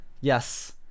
yes